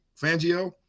Fangio